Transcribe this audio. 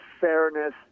fairness